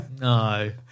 no